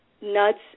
nuts